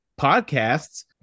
podcasts